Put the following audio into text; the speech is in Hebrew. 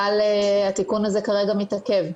אבל התיקון הזה כרגע מתעכב.